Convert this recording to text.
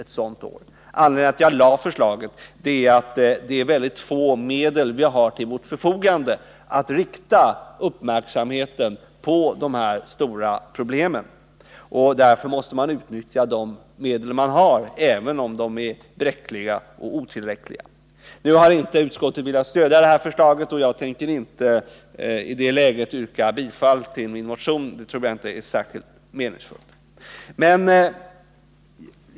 Anledningen till att jag väckt förslaget är att vi har mycket få medel till vårt förfogande för att kunna rikta uppmärksamheten på dessa stora problem. Därför måste man utnyttja de medel man har, även om de är bräckliga och otillräckliga. Utskottet har inte velat stödja detta förslag, och jag tänker i detta läge inte yrka bifall till min motion, då jag inte tror att det vore särskilt meningsfullt.